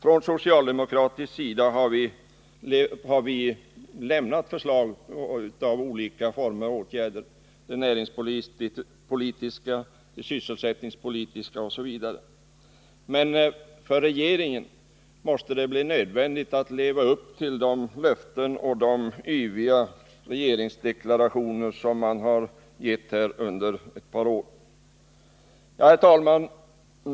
Från socialdemokratisk sida har vi lämnat förslag till olika former av åtgärder — näringspolitiska, sysselsättningspolitiska osv. Men för regeringen måste det bli nödvändigt att leva upp till de löften och de yviga regeringsdeklarationer man har avgivit under ett par år. Herr talman!